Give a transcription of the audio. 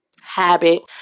habit